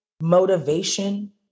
motivation